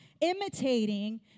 imitating